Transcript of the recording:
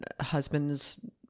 husband's